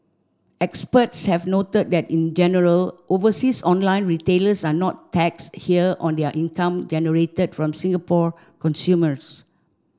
experts have noted that in general overseas online retailers are not taxed here on their income generated from Singapore consumers